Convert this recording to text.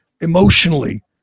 emotionally